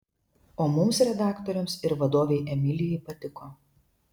o mums redaktoriams ir vadovei emilijai patiko